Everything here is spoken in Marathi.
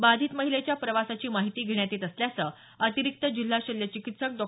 बाधित महिलेच्या प्रवासाची माहिती घेण्यात येत असल्याचं अतिरिक्त जिल्हा शल्य चिकित्सक डॉ